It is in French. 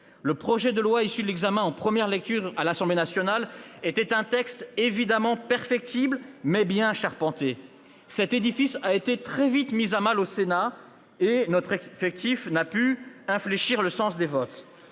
Le projet de loi issu de l'examen en première lecture à l'Assemblée nationale était un texte évidemment perfectible, mais bien charpenté. Cet édifice, au Sénat, a été très vite ... Amélioré !... mis à mal, et notre groupe n'a pu infléchir le sens des votes.